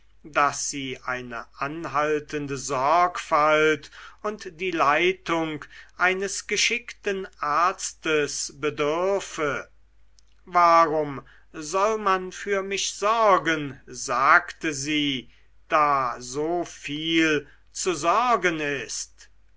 daß sie eine anhaltende sorgfalt und die leitung eines geschickten arztes bedürfe warum soll man für mich sorgen sagte sie da so viel zu sorgen ist